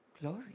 Glory